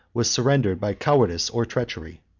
was surrendered by cowardice or treachery.